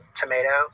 tomato